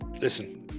listen